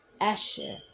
Asher